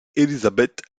élisabeth